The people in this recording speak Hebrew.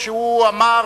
הוא אמר